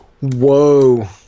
whoa